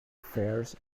fares